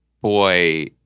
boy